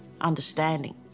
understanding